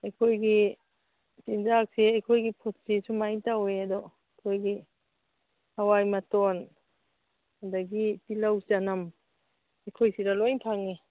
ꯑꯩꯈꯣꯏꯒꯤ ꯆꯤꯟꯖꯥꯛꯁꯦ ꯑꯩꯈꯣꯏꯒꯤ ꯐꯨꯗꯁꯦ ꯁꯨꯃꯥꯏ ꯇꯧꯋꯦ ꯑꯗꯣ ꯑꯩꯈꯣꯏꯒꯤ ꯍꯋꯥꯏ ꯃꯇꯣꯟ ꯑꯗꯒꯤ ꯇꯤꯜꯍꯧ ꯆꯅꯝ ꯑꯩꯈꯣꯏ ꯁꯤꯗ ꯂꯣꯏꯅ ꯐꯪꯏ